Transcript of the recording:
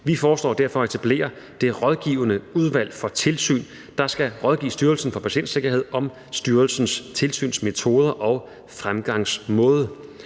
Vi foreslår derfor at etablere Det Rådgivende Udvalg for Tilsyn, der skal rådgive Styrelsen for Patientsikkerhed om styrelsens tilsynsmetoder og fremgangsmåde.